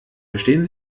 verstehen